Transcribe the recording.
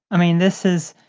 i mean this is.